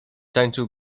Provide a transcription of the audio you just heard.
tańczył